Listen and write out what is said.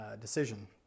decision